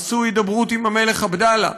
עשו הידברות עם המלך עבדאללה,